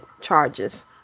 charges